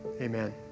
Amen